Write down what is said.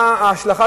מה ההשלכה